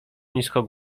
nisko